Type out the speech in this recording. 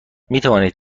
میتوانید